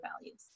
values